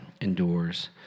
endures